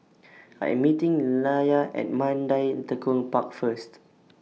I Am meeting Nelia At Mandai Tekong Park First